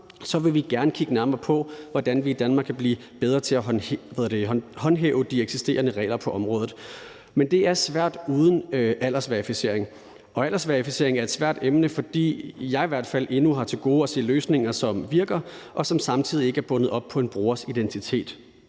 så vil vi gerne kigge nærmere på, hvordan vi i Danmark kan blive bedre til at håndhæve de eksisterende regler på området. Men det er svært uden aldersverificering, og aldersverificering er et svært emne; jeg har i hvert fald endnu til gode at se løsninger, som virker, og som samtidig ikke er bundet op på en brugers identitet.